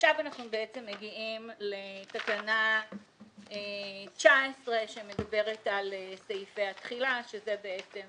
ועכשיו אנחנו מגיעים לתקנה 19 שמדברת על סעיפי התחילה שזה בעצם